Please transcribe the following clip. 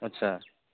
আচ্ছা